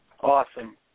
Awesome